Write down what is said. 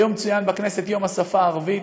היום צוין בכנסת יום השפה הערבית.